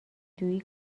جویی